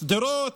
שדרות,